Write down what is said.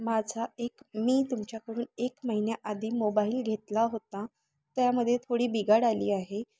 माझा एक मी तुमच्याकडून एक महिन्याआधी मोबाईल घेतला होता त्यामध्ये थोडी बिघाड आली आहे